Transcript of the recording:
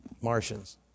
Martians